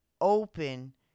open